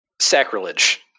Sacrilege